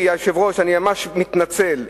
משפט אחרון, אדוני היושב-ראש, אני ממש מתנצל.